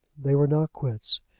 they were now quits.